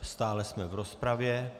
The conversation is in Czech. Stále jsme v rozpravě.